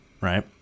right